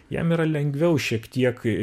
jam yra lengviau šiek tiek